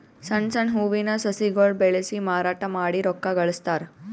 ಸಣ್ಣ್ ಸಣ್ಣ್ ಹೂವಿನ ಸಸಿಗೊಳ್ ಬೆಳಸಿ ಮಾರಾಟ್ ಮಾಡಿ ರೊಕ್ಕಾ ಗಳಸ್ತಾರ್